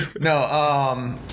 No